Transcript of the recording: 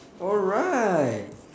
oh right